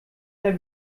der